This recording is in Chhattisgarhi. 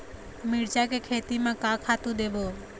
मिरचा के खेती म का खातू देबो?